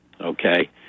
okay